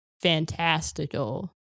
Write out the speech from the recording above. fantastical